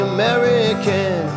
American